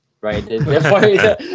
right